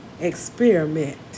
Experiment